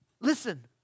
Listen